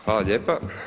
Hvala lijepa.